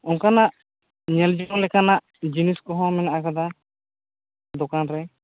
ᱚᱱᱠᱟᱱᱟᱜ ᱧᱮᱞ ᱡᱚᱝ ᱞᱮᱠᱟᱱᱟᱜ ᱡᱤᱱᱤᱥ ᱠᱚᱦᱚᱸ ᱢᱮᱱᱟᱜ ᱟᱠᱟᱫᱟ ᱫᱚᱠᱟᱱ ᱨᱮ